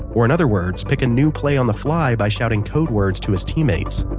or in other words, pick a new play on the fly by shouting code words to his teammates